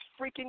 freaking